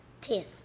Teeth